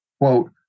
quote